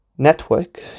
network